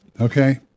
Okay